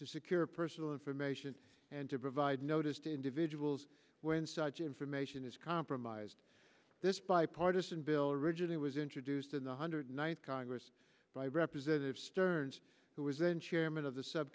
to secure personal information and to provide notice to individuals when such information is compromised this bipartisan bill originally was introduced in the hundred ninth congress by representative stearns who was then chairman of the sub